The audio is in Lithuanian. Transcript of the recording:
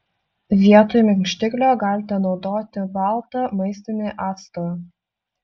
vietoj minkštiklio galite naudoti baltą maistinį actą